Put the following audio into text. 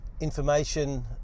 information